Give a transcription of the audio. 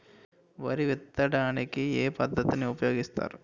వరి విత్తడానికి ఏ పద్ధతిని ఉపయోగిస్తారు?